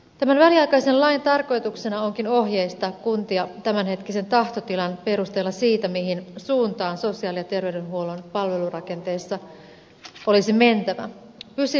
tämän väliaikaisen lain tarkoituksena onkin ohjeistaa kuntia tämänhetkisen tahtotilan perusteella siitä mihin suuntaan sosiaali ja terveydenhuollon palvelurakenteissa olisi mentävä